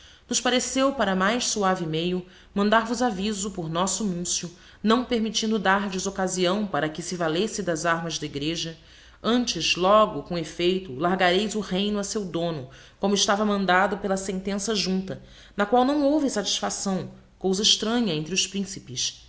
nos pareceu para mais suave meio mandar vos avizo por nosso nuncio não permitindo dardes ocaziaõ para que se valesse das armas da igreja antes logo com effeito largareis o reyno a seu dono como estava mandado pela sentença junta na qual não houve satisfação cousa estranha entre os principes